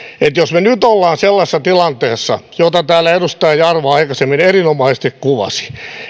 että jos me nyt olemme sellaisessa tilanteessa jota täällä edustaja jarva aikaisemmin erinomaisesti kuvasi